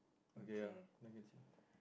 okay ah now can see